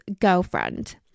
girlfriend